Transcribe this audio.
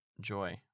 joy